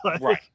Right